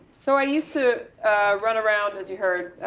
so i used to run around, as you heard,